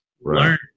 Learn